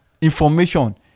information